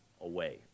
away